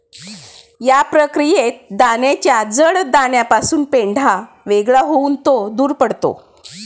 या प्रक्रियेत दाण्याच्या जड दाण्यापासून पेंढा वेगळा होऊन तो दूर पडतो